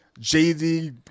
jay-z